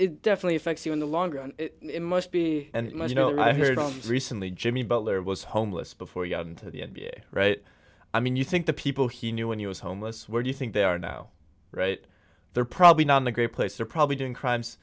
definitely affects you in the longer must be and you know i hear it recently jimmy butler was homeless before you got into the n b a right i mean you think the people he knew when he was homeless where do you think they are now right they're probably not in a great place they're probably doing crimes